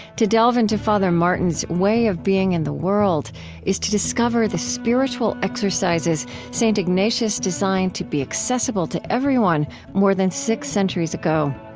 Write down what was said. to delve into fr. martin's way of being in the world is to discover the spiritual exercises st. ignatius designed to be accessible to everyone more than six centuries ago.